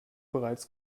bereits